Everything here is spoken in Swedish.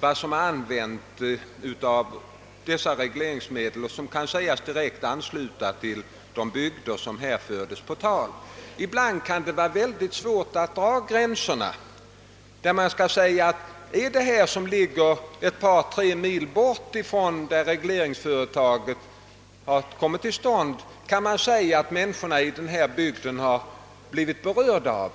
vad som är använt av dessa regleringsmedel och som kan sägas direkt ansluta till de bygder som här fördes på tal. Ibland kan det vara mycket svårt att dra gränserna och fastslå huruvida människorna, i bygder som ligger ett par tre mil från regleringsföretaget, blivit berörda.